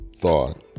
thought